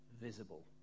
visible